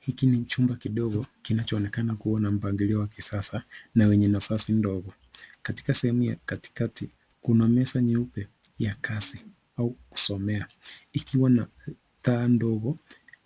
Hiki ni chumba kidigo kinachoonekana kuwa na mpangilio wa kisasa na wenye nafasi ndogo. Katika sehemu ya katikati, kuna meza nyeupe ya kazi au ya kusome, ikiwa na taa ndogo